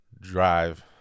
drive